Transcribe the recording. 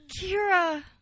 Kira